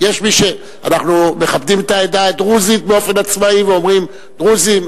אנחנו מכבדים את העדה הדרוזית באופן עצמאי ואומרים: "דרוזים".